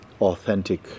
authentic